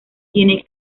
tiene